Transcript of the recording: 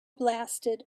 blasted